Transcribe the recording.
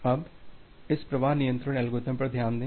अब इस प्रवाह नियंत्रण एल्गोरिथ्म पर ध्यान दें